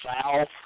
South